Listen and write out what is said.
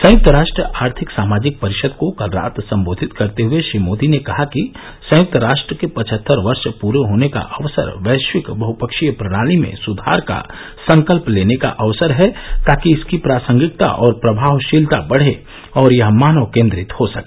संयुक्त राष्ट्र आर्थिक सामाजिक परिषद को कल रात संबोधित करते हए श्री मोदी ने कहा कि संयुक्त राष्ट्र के पचहत्तर वर्ष पूरे होने का अवसर वैश्विक बहपक्षीय प्रणाली में सुधार का संकल्प लेने का अवसर है ताकि इसकी प्रासंगिकता और प्रभावशीलता बढ़े और यह मानव केंद्रित हो सके